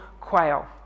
quail